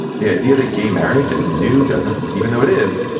the idea that gay marriage is new doesn't, even though it is,